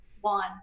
one